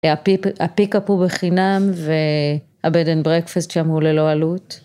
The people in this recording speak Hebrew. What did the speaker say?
‫ה־pick up הוא בחינם, ‫וה־bed and breakfast שם הוא ללא עלות.